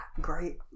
great